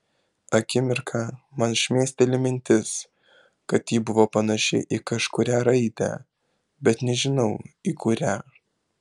akimirką man šmėsteli mintis kad ji buvo panaši į kažkurią raidę bet nežinau į kurią